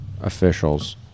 officials